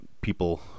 people